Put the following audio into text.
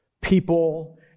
people